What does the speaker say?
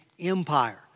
Empire